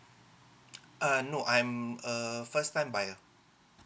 uh no I'm err first time buyer